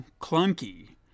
clunky